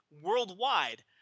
worldwide